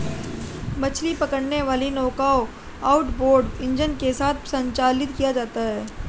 मछली पकड़ने वाली नौकाओं आउटबोर्ड इंजन के साथ संचालित किया जाता है